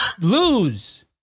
lose